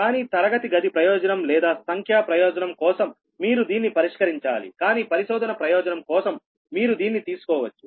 కానీ తరగతి గది ప్రయోజనం లేదా సంఖ్యా ప్రయోజనం కోసం మీరు దీన్ని పరిష్కరించాలి కానీ పరిశోధన ప్రయోజనం కోసం మీరు దీన్ని తీసుకోవచ్చు